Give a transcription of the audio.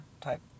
type